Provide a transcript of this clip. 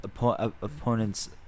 opponents